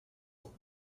ans